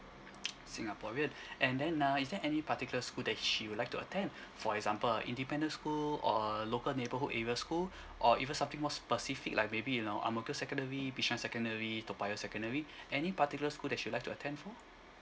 singaporean and then uh is there any particular school that she will like to attend for example a independent school or a local neighborhood area school or even something more specific like maybe you know ang mo kio secondary bishan secondary toa payoh secondary any particular school that she'll like to attend for